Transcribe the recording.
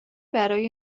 برای